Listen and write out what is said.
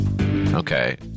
Okay